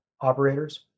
operators